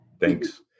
Thanks